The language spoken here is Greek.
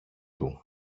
του